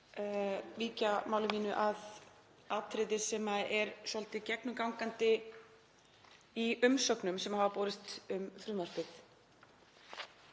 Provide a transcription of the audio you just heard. víkja máli mínu að atriði sem er svolítið gegnumgangandi í umsögnum sem hafa borist um frumvarpið.